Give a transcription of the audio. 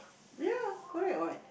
ya correct what